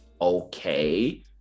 okay